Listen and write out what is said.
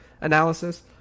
analysis